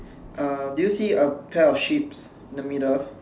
uh do you see a pair of sheeps in the middle